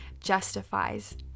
justifies